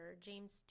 James